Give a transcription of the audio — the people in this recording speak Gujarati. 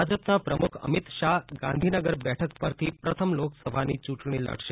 ભાજપના પ્રમુખ અમિત શાહ ગાંધીનગર બેઠક પરથી પ્રથમ લોકસભાની ચૂંટણી લડશે